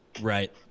right